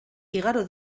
igaro